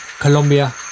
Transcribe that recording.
Colombia